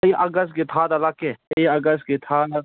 ꯑꯩ ꯑꯥꯒꯁꯀꯤ ꯊꯥꯗ ꯂꯥꯛꯀꯦ ꯑꯩ ꯑꯥꯒꯁꯀꯤ ꯊꯥꯅ